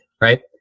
right